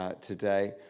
today